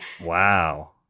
Wow